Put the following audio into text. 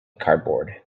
cardboard